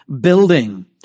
building